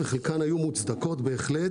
וחלקן היו מוצדקות בהחלט,